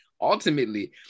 ultimately